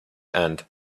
end